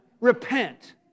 repent